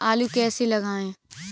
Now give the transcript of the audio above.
आलू कैसे लगाएँ?